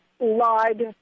lied